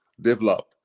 develop